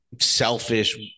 selfish